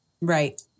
Right